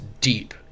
deep